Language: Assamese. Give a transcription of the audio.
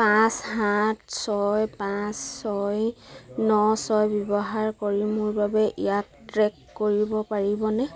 পাঁচ সাত ছয় পাঁচ ছয় ন ছয় ব্যৱহাৰ কৰি মোৰ বাবে ইয়াক ট্ৰেক কৰিব পাৰিবনে